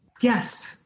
Yes